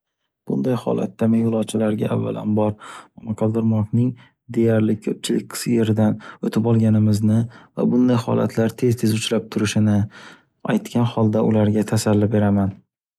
Bunday holatda men yo’lovchilarga avvalambor momoqaldirmoqning deyarli ko’pchilik qis- yeridan o’tib olganimizni va bunday holatlar tez-tez uchrab turishini aytgan holda ularga tasalli beraman.